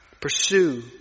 pursue